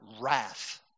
wrath